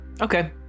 Okay